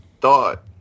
thought